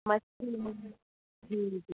मस्तु जी जी